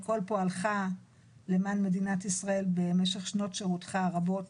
כל פועלך למען מדינת ישראל במשך שנות שירותך הרבות